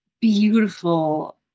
beautiful